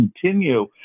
continue